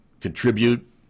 contribute